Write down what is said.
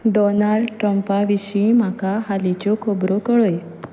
Donald ट्रंपा विशीं म्हाका हालींच्यो खबरो कळय